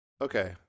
Okay